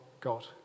God